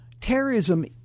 terrorism